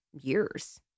years